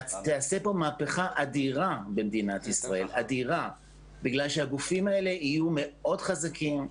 תיעשה פה מהפכה אדירה במדינת ישראל בגלל שהגופים האלה יהיו מאוד חזקים,